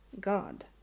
God